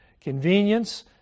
Convenience